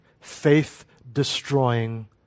faith-destroying